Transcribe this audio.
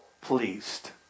pleased